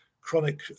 Chronic